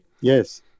Yes